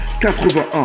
81